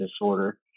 disorder